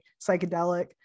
psychedelic